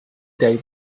day